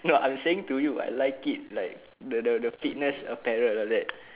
no I'm saying to you I like it like the the the fitness apparel like that